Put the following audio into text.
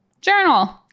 journal